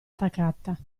attaccata